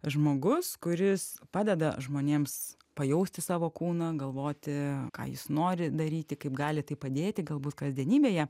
žmogus kuris padeda žmonėms pajausti savo kūną galvoti ką jis nori daryti kaip gali tai padėti galbūt kasdienybėje